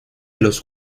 los